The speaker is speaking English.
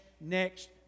next